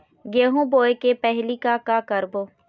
गेहूं बोए के पहेली का का करबो?